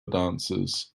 dancers